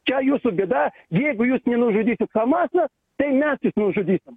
čia jūsų bėda jeigu jūs nenužudysit hamasą tai mes jus nužudysim